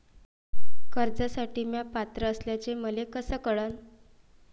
कर्जसाठी म्या पात्र असल्याचे मले कस कळन?